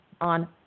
on